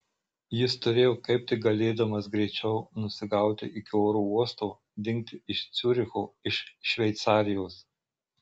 jis turėjo kaip tik galėdamas greičiau nusigauti iki oro uosto dingti iš ciuricho iš šveicarijos